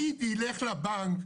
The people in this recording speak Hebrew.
מי ילך לבנק?